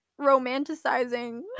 romanticizing